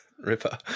Ripper